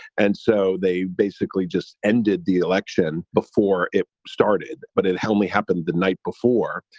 and so they basically just ended the election before it started. but it helmy happened the night before.